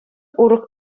урӑх